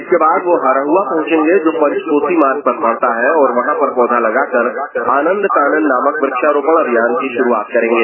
इसके बाद वह हस्हआ पहुंचेंगे जो पंचकोसी मार्ग पर पड़ता है और वहां पर पौधा लगाकर आनंद कानन नामक वृक्षारोपण अभियान की शुरुआत करेगे